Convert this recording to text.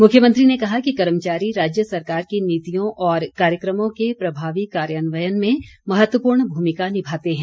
मुख्यमंत्री ने कहा कि कर्मचारी राज्य सरकार की नीतियों और कार्यक्रमों के प्रभावी कार्यान्वयन में महत्वपूर्ण भूमिका निभाते हैं